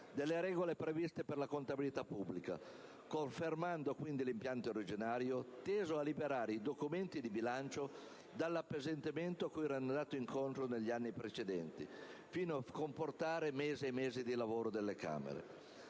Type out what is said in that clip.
delle regole previste per la contabilità pubblica, confermando quindi l'impianto originario, teso a liberare i documenti di bilancio dall'appesantimento cui erano andati incontro negli anni precedenti, fino a comportare mesi e mesi di lavoro delle Camere.